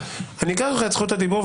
אני אקח לך את זכות הדיבור,